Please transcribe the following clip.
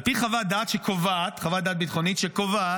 על פי חוות דעת ביטחונית שקובעת